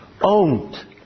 owned